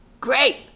Great